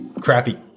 crappy